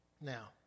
Now